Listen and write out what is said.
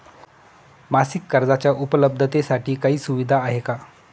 मासिक कर्जाच्या उपलब्धतेसाठी काही सुविधा आहे का?